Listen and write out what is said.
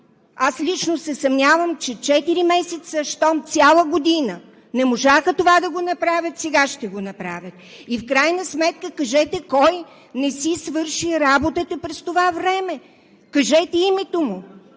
Аз лично се съмнявам, че за четири месеца – щом цяла година не можаха това да го направят – сега ще го направят. В крайна сметка кажете кой не си свърши работата през това време, кажете името му